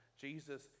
Jesus